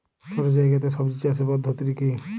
ছোট্ট জায়গাতে সবজি চাষের পদ্ধতিটি কী?